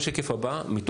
(שקף: תוצרי פעילות יעדי ארגוני פשיעה מבצע "מסלול בטוח").